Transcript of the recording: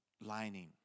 lining